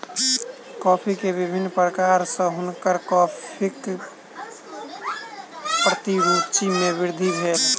coffee के विभिन्न प्रकार सॅ हुनकर कॉफ़ीक प्रति रूचि मे वृद्धि भेल